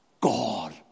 God